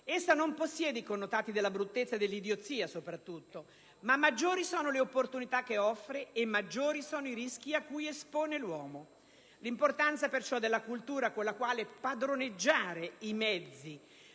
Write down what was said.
Essa non possiede i connotati della bruttezza e dell'idiozia soprattutto, ma maggiori sono le opportunità che offre e maggiori sono i rischi a cui espone l'uomo. Per questo l'importanza della cultura con la quale padroneggiare i mezzi